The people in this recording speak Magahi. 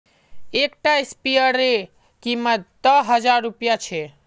एक टा स्पीयर रे कीमत त हजार रुपया छे